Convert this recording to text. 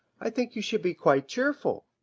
i think you should be quite cheerful.